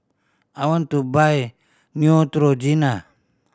I want to buy Neutrogena